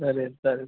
चालेल चालेल